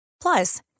Plus